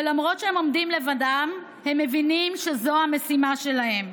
ולמרות שהם עומדים לבדם הם מבינים שזו המשימה שלהם.